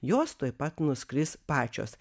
jos tuoj pat nuskris pačios